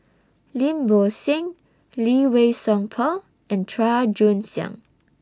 Lim Bo Seng Lee Wei Song Paul and Chua Joon Siang